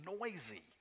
noisy